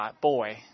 boy